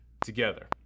together